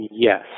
Yes